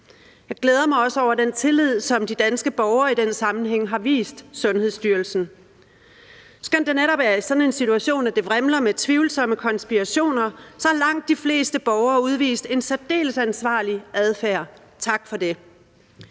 Jeg glæder mig også over den tillid, som de danske borgere i den sammenhæng har vist Sundhedsstyrelsen. Skønt det netop er i sådan en situation, at det vrimler med tvivlsomme konspirationer har langt de fleste borgere udvist en særdeles ansvarlig adfærd. Tak for det.